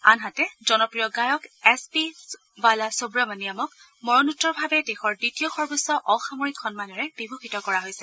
আনহাতে জনপ্ৰিয় গায়ক এছ পি বালা সুৱমণিয়ামক মৰণোত্তৰভাৱে দেশৰ দ্বিতীয় সৰ্বোচ্চ অসামৰিক সন্মানেৰে বিভুষিত কৰা হৈছে